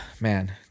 man